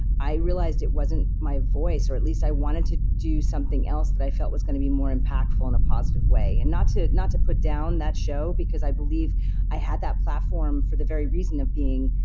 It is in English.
i realized it wasn't my voice, or at least i wanted to do something else that i felt was gonna be more impactful in a positive way. and not to not to put down that show, because i believe i had that platform for the very reason of being,